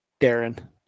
darren